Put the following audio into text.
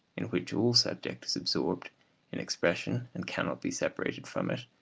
in which all subject is absorbed in expression and cannot be separated from it,